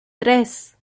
tres